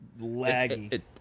laggy